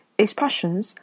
expressions